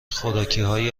خوراکیهای